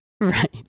right